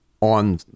on